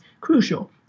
crucial